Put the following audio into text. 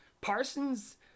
Parsons